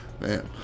Man